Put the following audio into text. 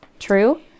True